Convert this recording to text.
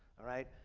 all right?